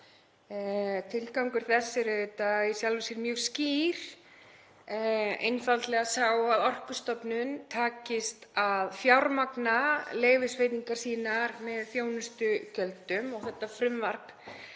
Tilgangur þess er í sjálfu sér mjög skýr, einfaldlega sá að Orkustofnun takist að fjármagna leyfisveitingar sínar með þjónustugjöldum. Þetta frumvarp